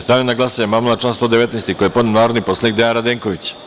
Stavljam na glasanje amandman na član 119. koji je podneo narodni poslanik Dejan Radenković.